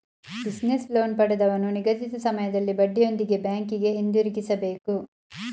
business loan ಪಡೆದವನು ನಿಗದಿತ ಸಮಯದಲ್ಲಿ ಬಡ್ಡಿಯೊಂದಿಗೆ ಬ್ಯಾಂಕಿಗೆ ಹಿಂದಿರುಗಿಸಬೇಕು